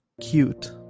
Cute